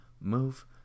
move